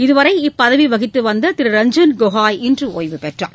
இதுவரை இப்பதவி வகித்து வந்த திரு ரஞ்சன் கோகோய் இன்று ஒய்வு பெற்றார்